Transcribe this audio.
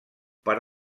per